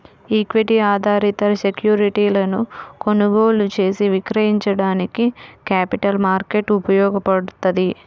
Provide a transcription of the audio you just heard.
equity ఆధారిత సెక్యూరిటీలను కొనుగోలు చేసి విక్రయించడానికి క్యాపిటల్ మార్కెట్ ఉపయోగపడ్తది